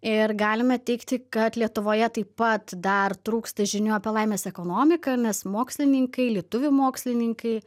ir galime teigti kad lietuvoje taip pat dar trūksta žinių apie laimės ekonomiką nes mokslininkai lietuvių mokslininkai